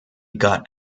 got